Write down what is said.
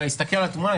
אלא להסתכל על התמונה.